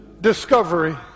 discovery